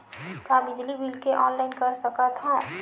का बिजली के ऑनलाइन कर सकत हव?